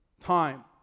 time